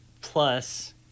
plus